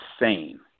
insane